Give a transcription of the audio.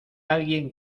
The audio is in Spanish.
alguien